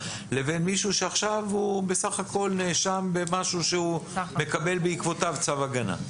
לבין מישהו שעכשיו הוא בסך הכול נאשם במשהו שהוא מקבל בעקבותיו צו הגנה.